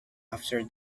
after